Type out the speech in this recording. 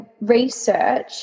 research